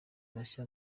bashya